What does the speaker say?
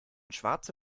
schwarze